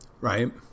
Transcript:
Right